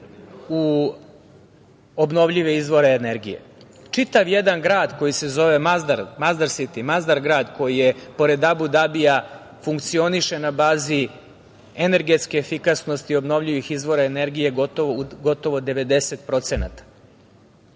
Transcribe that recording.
u obnovljive izvore energije. Čitav jedan grad koji se zove Masdar, Masdar Siti, Masdar grad, koji pored Abu Dabija funkcioniše na bazi energetske efikasnosti obnovljivih izvora energije, gotovo u 90%.